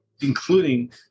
including